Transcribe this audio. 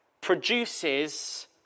produces